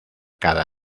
cada